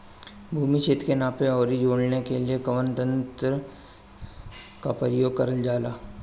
भूमि क्षेत्र के नापे आउर जोड़ने के लिए कवन तंत्र का प्रयोग करल जा ला?